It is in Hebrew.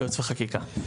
ייעוץ וחקיקה.